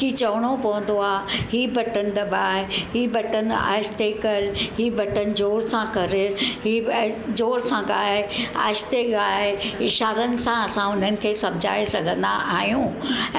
की चवणो पवंदो आहे हीअ बटण दॿाए हीअ बटण आहिस्ते कर हीअ बटण जोर सां कर हीअ ऐं जोर सां ॻाए आहिस्ते ॻाए इशारनि सां असां उन्हनि खे सम्झाइ सघंदा आहियूं